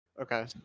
Okay